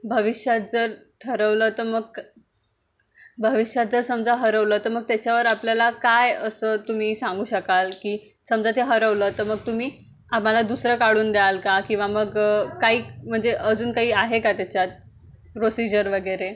भविष्यात जर ठरवलं तर मग भविष्यात जर समजा हरवलं तर मग त्याच्यावर आपल्याला काय असं तुम्ही सांगू शकाल की समजा ते हरवलं तर मग तुम्ही आम्हाला दुसरं काढून द्याल का किंवा मग काही म्हणजे अजून काही आहे का त्याच्यात प्रोसिजर वगैरे